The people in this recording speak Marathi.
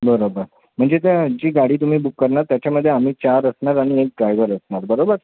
बरोबर म्हणजे ज्या जी गाडी तुम्ही बुक करणार त्याच्यामध्ये आम्ही चार असणार आणि एक ड्रायव्हर असणार बरोबर